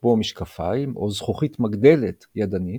כמו "משקפיים" או "זכוכית מגדלת" ידנית,